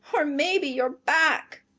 or maybe your back!